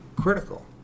critical